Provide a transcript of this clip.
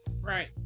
Right